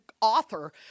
author